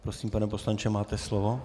Prosím, pane poslanče, máte slovo.